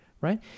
right